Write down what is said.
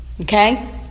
Okay